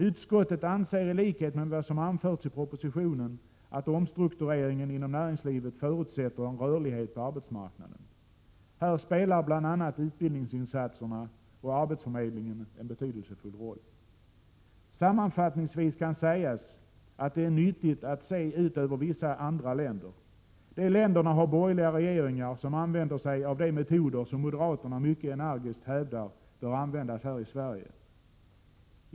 ——-— Utskottet anser i likhet med vad som anförs i propositionen att omstruktureringen inom näringslivet förutsätter en rörlighet på arbetsmarknaden, Här spelar bl.a. utbildningsinsatserna och arbetsförmedlingen en betydelsefull roll.” Sammanfattningsvis kan sägas att det är nyttigt att se hur det är i vissa andra länder. De länderna har borgerliga regeringar, som använder sig av de metoder som moderaterna mycket energiskt hävdar bör användas här i Sverige.